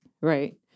right